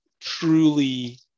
truly